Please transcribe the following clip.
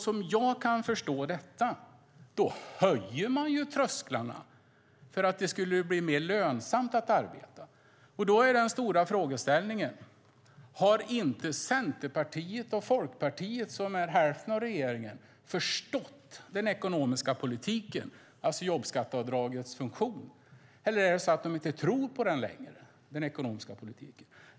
Som jag kan förstå detta höjer man då trösklarna. Men det sades att det skulle bli mer lönsamt att arbeta. Då är den stora frågeställningen: Har inte Centerpartiet och Folkpartiet, som är hälften av regeringen, förstått den ekonomiska politiken och jobbskatteavdragets funktion? Eller tror de inte på den ekonomiska politiken längre?